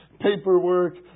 paperwork